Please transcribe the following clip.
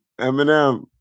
Eminem